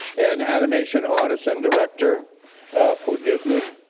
an animation artist and director for disney,